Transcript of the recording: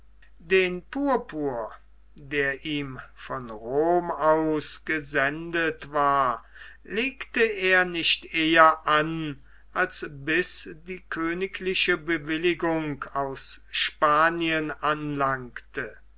den purpur der ihm von rom aus gesendet war legte er nicht eher an als bis die königliche bewilligung aus spanien anlangte